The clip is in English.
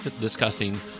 discussing